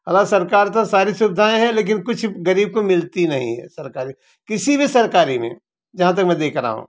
अगर सरकार तो सारी सुविधाएँ हैं कुछ गरीब को मिलती नहीं है सरकारी किसी भी सरकारी में जहाँ तक मैं देख रहा हूँ